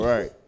right